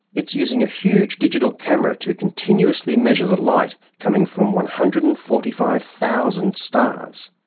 it's using a huge digital camera to continuously measure the light coming from one hundred and forty five thousand stars.